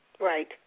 Right